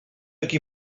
aquí